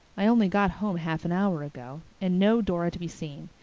i only got home half an hour ago. and no dora to be seen.